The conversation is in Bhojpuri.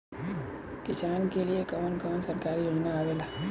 किसान के लिए कवन कवन सरकारी योजना आवेला?